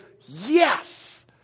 yes